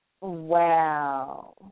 Wow